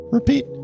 Repeat